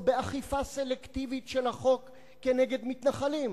או באכיפה סלקטיבית של החוק נגד מתנחלים,